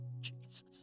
Jesus